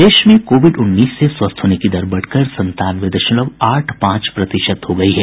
प्रदेश में कोविड उन्नीस से स्वस्थ होने की दर बढ़कर संतानवे दशमलव आठ पांच प्रतिशत हो गई है